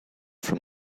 from